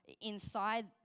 inside